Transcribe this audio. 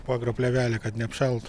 po agroplėvele kad neapšaltų